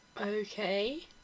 okay